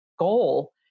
goal